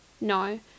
no